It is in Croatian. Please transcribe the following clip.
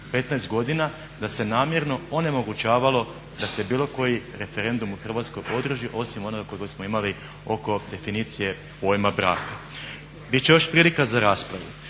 15 godina da se namjerno onemogućivalo da se bilo koji referendum u Hrvatskoj održi osim onog kojega smo imali oko definicije pojma braka. Bit će još prilika za raspravu,